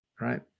right